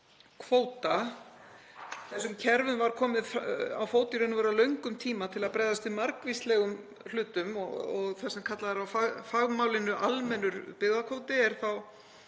Þessum kerfum var komið á fót í raun og veru á löngum tíma til að bregðast við margvíslegum hlutum og það sem kallað er á fagmálinu almennur byggðakvóti er þá